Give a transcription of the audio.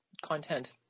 content